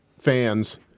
Fans